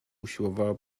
usiłowała